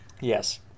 Yes